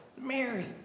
Mary